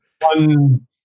one